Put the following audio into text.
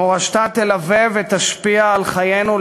מורשתה תלווה ותשפיע על חיינו לשנים.